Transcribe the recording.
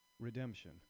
redemption